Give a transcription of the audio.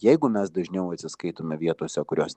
jeigu mes dažniau atsiskaitome vietose kurios